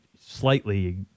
slightly